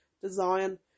design